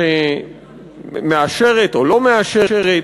שמאשרת או לא מאשרת,